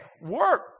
work